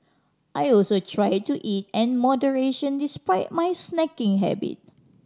I also try to eat an moderation despite my snacking habit